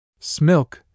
Smilk